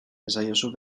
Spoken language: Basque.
esaiozu